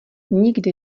nikdy